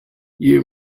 you